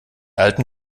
alten